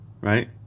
right